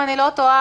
אם אני לא טועה,